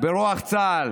ברוח צה"ל